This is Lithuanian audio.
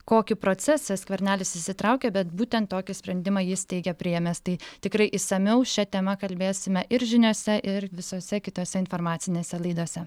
kokį procesą skvernelis įsitraukė bet būtent tokį sprendimą jis teigė priėmęs tai tikrai išsamiau šia tema kalbėsime ir žiniose ir visose kitose informacinėse laidose